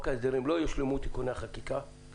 אם לא יושלמו תיקוני החקיקה בחוק ההסדרים,